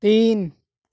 تین